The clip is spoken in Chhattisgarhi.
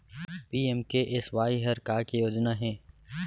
पी.एम.के.एस.वाई हर का के योजना हे?